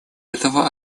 этого